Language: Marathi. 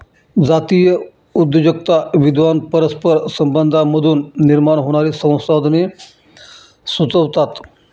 जातीय उद्योजकता विद्वान परस्पर संबंधांमधून निर्माण होणारी संसाधने सुचवतात